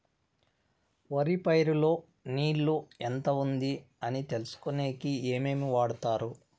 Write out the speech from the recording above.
వరి పైరు లో నీళ్లు ఎంత ఉంది అని తెలుసుకునేకి ఏమేమి వాడతారు?